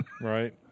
right